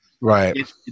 Right